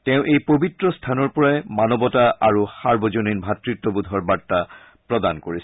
তেওঁ এই পবিত্ৰ স্থানৰ পৰাই মানৱতা আৰু সাৰ্বজনীন ভাতৃত্ববোধৰ বাৰ্তা প্ৰদান কৰিছিল